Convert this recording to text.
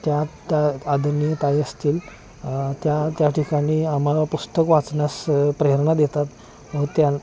त्या त्या आदरणीय ताई असतील त्या त्या ठिकाणी आम्हाला पुस्तक वाचनास प्रेरणा देतात त्या